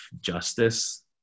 justice